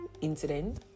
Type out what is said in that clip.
incident